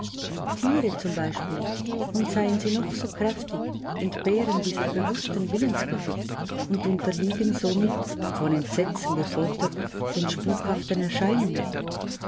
tiere zum beispiel und seien sie noch so kräftig entbehren dieser bewußten willenskraft und unterliegen somit von entsetzen gefoltert den spukhaften erscheinungen